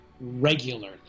regularly